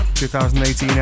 2018